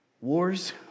Wars